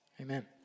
amen